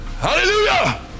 Hallelujah